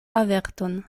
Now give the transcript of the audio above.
averton